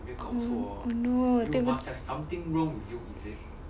oh oh no 对不起